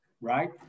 right